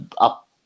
up